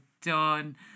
done